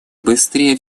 быстрее